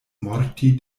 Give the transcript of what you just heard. morti